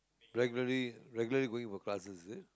regularly regularly going for classes is it